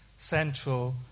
Central